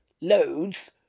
loads